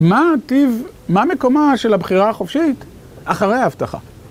מה מקומה של הבחירה החופשית אחרי ההבטחה?